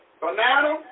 banana